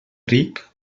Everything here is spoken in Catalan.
ric